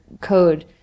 code